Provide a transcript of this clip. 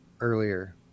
earlier